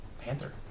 Panther